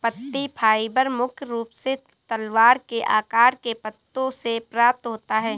पत्ती फाइबर मुख्य रूप से तलवार के आकार के पत्तों से प्राप्त होता है